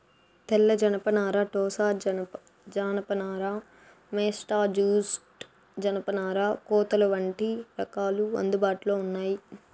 తెల్ల జనపనార, టోసా జానప నార, మేస్టా జూట్, జనపనార కోతలు వంటి రకాలు అందుబాటులో ఉన్నాయి